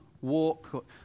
walk